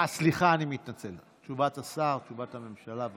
היו"ר מיקי לוי: אה, סליחה.